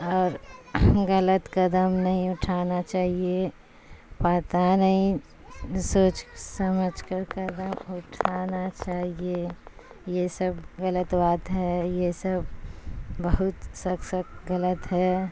اور غلط قدم نہیں اٹھانا چاہیے پتا نہیں سوچ سمجھ کر قدم اٹھانا چاہیے یہ سب غلط بات ہے یہ سب بہت سخت سخت غلط ہے